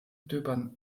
döbern